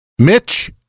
Mitch